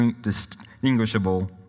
distinguishable